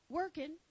working